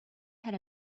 had